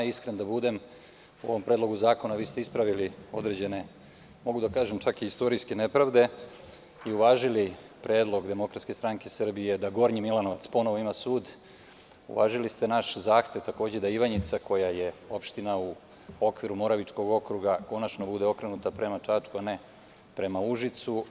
Iskren da budem, u ovom predlogu zakona ispravili ste određene, čak i istorijske, nepravde i uvažili predlog DSS da Gornji Milanovac ponovo ima sud, uvažili ste naš zahtev da Ivanjica, koja je opština u okviru Moravičkog okruga, konačno bude okrenuta prema Čačku, a ne prema Užicu.